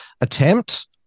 attempt